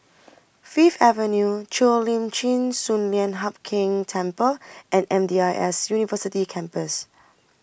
Fifth Avenue Cheo Lim Chin Sun Lian Hup Keng Temple and M D I S University Campus